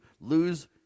lose